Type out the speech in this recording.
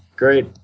Great